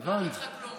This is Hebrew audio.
לא, אני לא צריכה כלום.